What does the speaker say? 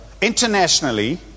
internationally